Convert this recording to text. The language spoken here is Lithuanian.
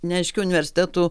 neaiški universitetų